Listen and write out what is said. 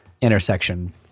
Intersection